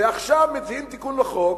ועכשיו מציעים תיקון לחוק,